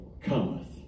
cometh